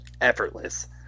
effortless